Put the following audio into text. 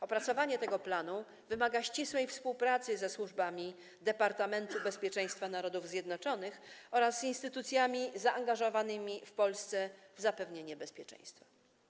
Opracowanie tego planu wymaga ścisłej współpracy ze służbami Departamentu Bezpieczeństwa Narodów Zjednoczonych oraz instytucjami zaangażowanymi w Polsce w zapewnienie bezpieczeństwa.